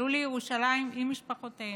עלו לירושלים עם משפחותיהם,